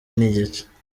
n’igice